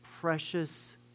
precious